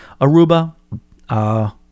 Aruba